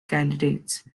candidates